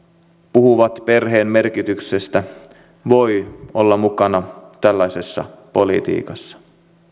puhuvat perheen merkityksestä voivat olla mukana tällaisessa politiikassa